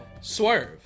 Swerve